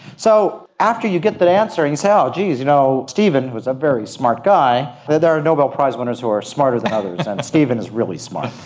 so after you get that answer and you say, oh geez, you know steven, who was a very smart guy, there there are nobel prize winners who are smarter than others and steven is really smart,